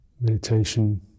meditation